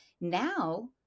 Now